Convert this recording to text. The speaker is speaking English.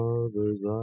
others